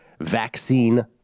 vaccine